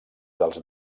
dels